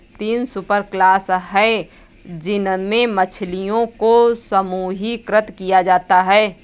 तीन सुपरक्लास है जिनमें मछलियों को समूहीकृत किया जाता है